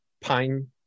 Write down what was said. pine